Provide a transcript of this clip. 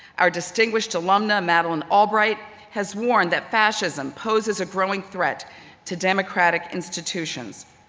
our distinguished alumni madeleine albright has warned that fascism poses a growing threat to democratic institutions.